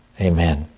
Amen